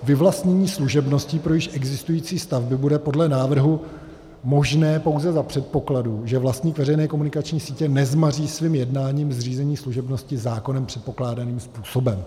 Vyvlastnění služebností pro již existující stavby bude podle návrhu možné pouze za předpokladu, že vlastník veřejné komunikační sítě nezmaří svým jednáním zřízení služebnosti zákonem předpokládaným způsobem.